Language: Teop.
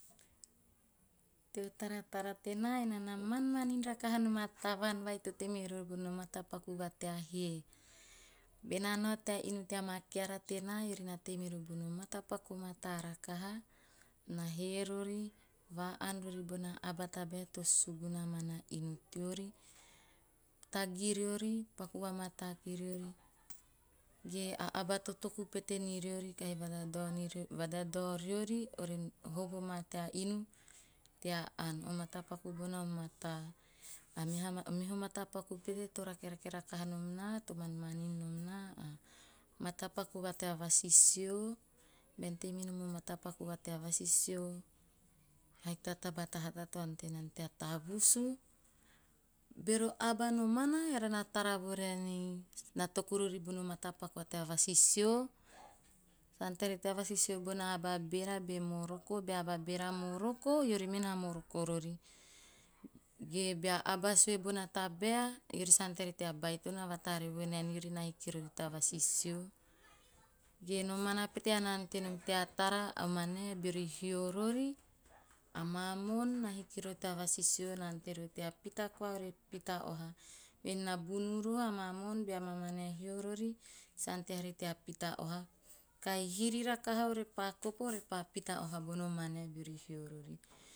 Teo taratara tena ena na manmanin raka nom a tavaan nai tei bono mata paku va tea hee. Bena nao tea inu tea keara tena eori na tei mirori bono mata paku o mata rakha, na he rori va aan rori bona aba tabae to suguna nana innu teori, tagi riori paku vamataa riori, ge a aba toku pete ni riori, vadadao ni riori ore hovo maa tea inu tea aan. Mata paku bona o mata. A meha- o meha mata paku pete to rakerake rakaha nom naa to manmanin nom na a mata paku va tea vasisio bean tei minom a mata paku va tea tavusu. Bero aba nomana ei earana tara vo raen ei na toku rori bono mata paku va tea vasisio, sa ante haari tea vasisio hona aba bera me moroko bea aba bera moroko eori me pa moroko rori, ge bea aba sue bona tabae eori sa ante haari tea baitono, na vataare vonaen na hiki rori ta vasisio. Ge nomana ean na ante nom tara a manae beori hio rori a mamoon na hiki rori ta vasisio, na ante rori tea pita koa ore pita oha. Nabunu roho a moon bea ma manae hio rori sa ante haari tea pita oha, kahi hiri rakaha hu orepa pita oha bona manae beori hio rori.